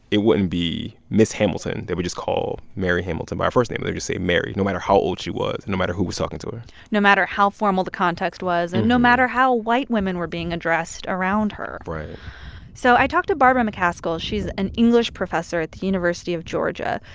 it wouldn't be miss hamilton. they would just call mary hamilton by her first name. they would just say mary, no matter how old she was, no matter who was talking to her no matter how formal the context was and no matter how white women were being addressed around her right so i talked to barbara mccaskill. she's an english professor at the university of georgia.